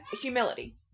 Humility